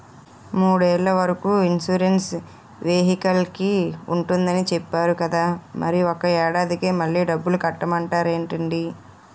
మూడేళ్ల వరకు ఇన్సురెన్సు వెహికల్కి ఉంటుందని చెప్పేరు కదా మరి ఒక్క ఏడాదికే మళ్ళి డబ్బులు కట్టమంటారేంటండీ?